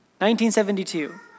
1972